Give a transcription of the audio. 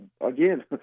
again